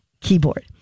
keyboard